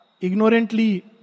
ignorantly